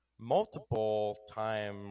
multiple-time